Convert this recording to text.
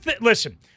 listen